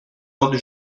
ordres